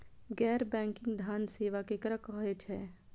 गैर बैंकिंग धान सेवा केकरा कहे छे?